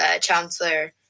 chancellor